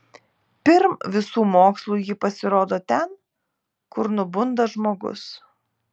pirm visų mokslų ji pasirodo ten kur nubunda žmogus